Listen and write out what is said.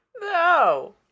No